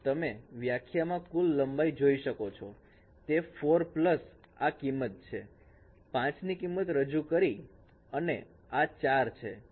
તમે વ્યાખ્યા મા કુલ લંબાઈ જોઈ શકો છો તે 4 પ્લસ આ કિંમત છે 5 ની કિંમત રજૂ કરી અને આ 4 છે